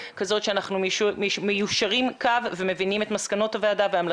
מהמצב שאנחנו נמצאים בו היום שגם הוא כמובן לא מוצלח היום,